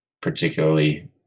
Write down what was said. particularly